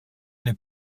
eine